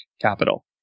Capital